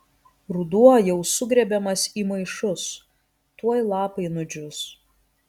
ruduo jau sugrėbiamas į maišus tuoj lapai nudžius